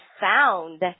found